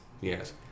Yes